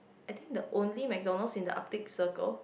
I think the only McDonalds in the arctic circle